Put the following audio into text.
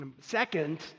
Second